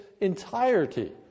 entirety